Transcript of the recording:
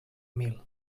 mil